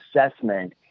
assessment